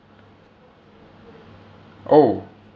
oh